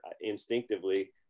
instinctively